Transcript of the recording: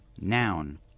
noun